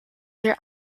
their